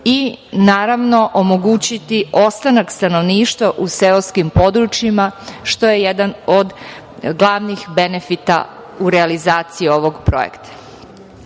i naravno omogućiti ostanak stanovništva u seoskim područjima, što je jedan od glavnih benefita u realizaciji ovog projekta. Projekat